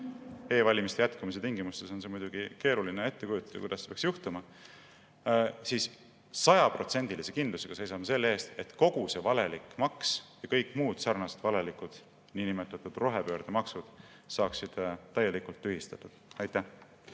e‑valimiste jätkumise tingimustes on muidugi keeruline ette kujutada, kuidas see peaks juhtuma –, siis sajaprotsendilise kindlusega seisame selle eest, et kogu see valelik maks ja kõik muud sarnased valelikud niinimetatud rohepöördemaksud saaksid täielikult tühistatud. Aitäh!